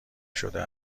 شده